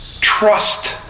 Trust